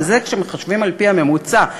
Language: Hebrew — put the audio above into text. וזה כשמחשבים על-פי הממוצע.